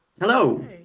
Hello